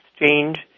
exchange